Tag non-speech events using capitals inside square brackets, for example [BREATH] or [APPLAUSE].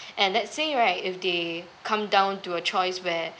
[BREATH] and let's say right if they come down to a choice where